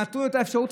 נתנו לו את האפשרות.